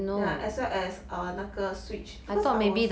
ya as well as uh 那个 switch because I was